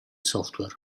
software